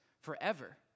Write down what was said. forever